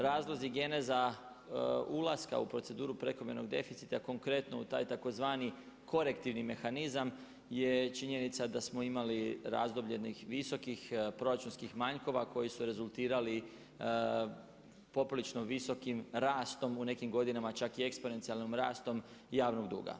Razlozi, geneza ulaska u proceduru prekomjernog deficita konkretno u taj tzv. korektivni mehanizam je činjenica da smo imali razdoblje jednih visokih proračunskih manjkova koji su rezultirali poprilično visokim rastom u nekim godinama čak i eksponencijalnim rastom javnog duga.